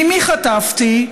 ממי חטפתי?